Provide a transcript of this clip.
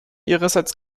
ihrerseits